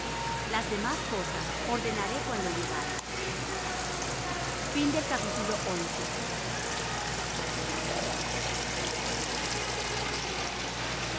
las demás cosas ordenaré cuando llegare